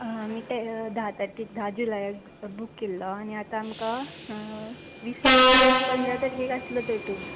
आमी ते धा तारखेक धा जुलायाक बूक केल्लो आनी आतां आमकां वीस पंदरा तारखेक आसलो तो टूर